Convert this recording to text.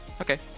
Okay